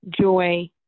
joy